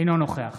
אינו נוכח